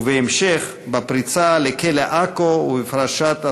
ובהמשך, בפריצה לכלא עכו ובפרשת הסרג'נטים,